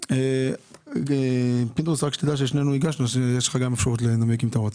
בפועל אין להם באמת פתרון, לעולי אתיופיה.